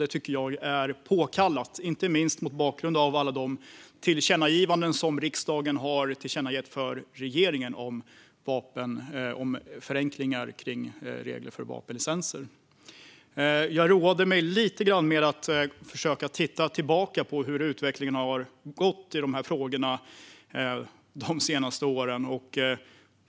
Det tycker jag är påkallat, inte minst mot bakgrund av alla de tillkännagivanden som riksdagen har riktat till regeringen om förenklingar av regler för vapenlicenser. Jag roade mig lite grann med att försöka titta tillbaka på hur utvecklingen har varit i de här frågorna under de senaste åren.